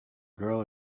girl